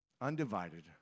undivided